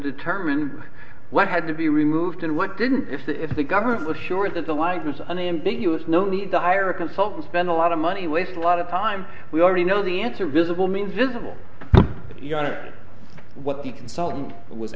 determine what had to be removed and what didn't if that if the government was sure that the light was unambiguous no need to hire a consultant spend a lot of money waste a lot of time we already know the answer visible means visible but you don't know what the consultant was